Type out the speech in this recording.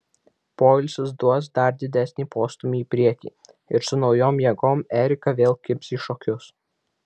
poilsis duos dar didesnį postūmį į priekį ir su naujom jėgom erika vėl kibs į šokius